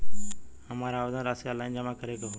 हमार आवेदन राशि ऑनलाइन जमा करे के हौ?